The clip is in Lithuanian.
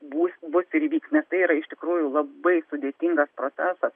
bus bus ir vyks nes tai yra iš tikrųjų labai sudėtingas procesas